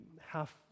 half